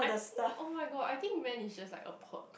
I think oh-my-God I think men is just like a perk